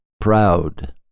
proud